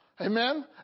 Amen